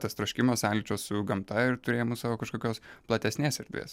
tas troškimas sąlyčio su gamta ir turėjimu savo kažkokios platesnės erdvės